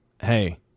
Hey